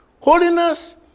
holiness